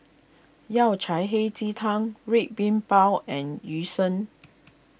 Yao Cai Hei Ji Tang Red Bean Bao and Yu Sheng